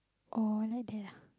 oh I like that ah